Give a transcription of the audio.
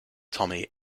tommy